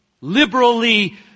liberally